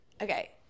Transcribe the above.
Okay